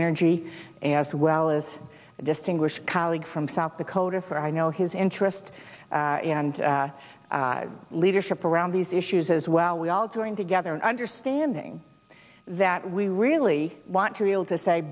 energy as well as a distinguished colleague from south dakota for i know his interest and leadership around these issues as well we all join together in understanding that we really want to be able to say